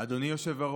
הבושה,